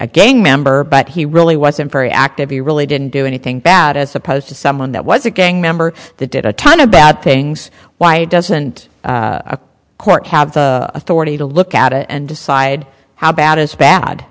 a gang member but he really wasn't very active he really didn't do anything bad as opposed to someone that was a gang member the did a ton of bad things why doesn't a court have authority to look at it and decide how bad as bad